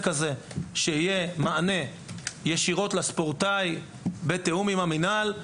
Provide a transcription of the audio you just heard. מוקד שייתן מענה ישיר לספורטאי בתיאום עם המינהל.